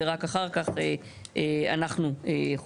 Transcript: ורק אחר כך אנחנו יכולים.